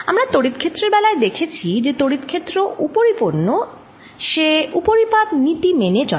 আমরা তড়িৎ ক্ষেত্রের বেলায় দেখেছি যে তড়িৎ ক্ষেত্র উপরিপন্ন সে উপরিপাত নীতি মেনে চলে